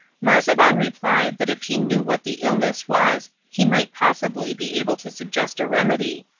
marzavan replied that if he knew what the illness was he might possibly be able to suggest a remedy,